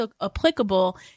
applicable